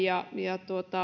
ja